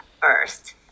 first